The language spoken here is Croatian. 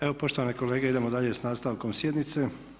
Evo poštovane kolege idemo dalje s nastavkom sjednice.